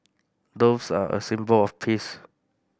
doves are a symbol of peace